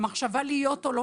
המחשבה להיות ולא